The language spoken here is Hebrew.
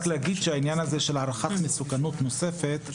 שהעניין הזה של הערכת מסוכנות נוספת,